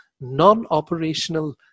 non-operational